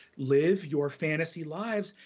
live your fantasy lives,